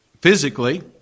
physically